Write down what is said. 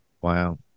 Wow